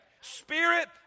spirit